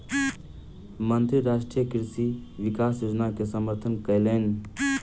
मंत्री राष्ट्रीय कृषि विकास योजना के समर्थन कयलैन